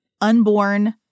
unborn